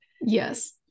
Yes